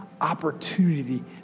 opportunity